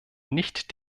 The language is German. nicht